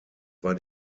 war